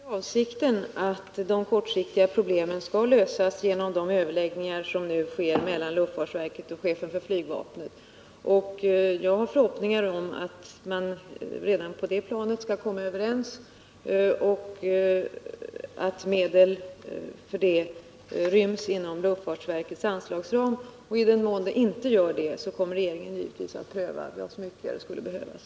Herr talman! Avsikten är att de kortsiktiga problemen skall kunna lösas genom de överläggningar som nu äger rum mellan luftfartsverket och chefen för flygvapnet. Jag har förhoppningar om att man redan på det planet skall komma överens och att medel därför ryms inom luftfartsverkets anslagsram. I den mån de inte gör det kommer regeringen givetvis att pröva vad som ytterligare skulle behövas.